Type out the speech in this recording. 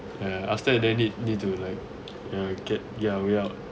ya after that then need need to like ya get our way out